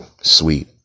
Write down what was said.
sweet